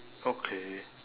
okay